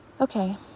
Okay